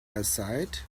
aside